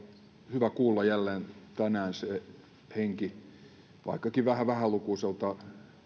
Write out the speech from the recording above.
hyvä kuulla jälleen tänään se henki vaikkakin vähän vähälukuiselta